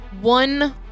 One